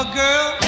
girl